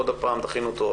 אחר כך שוב דחינו אותו,